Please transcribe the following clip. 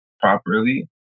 properly